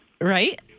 Right